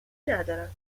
ندارم